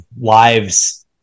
lives